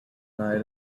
night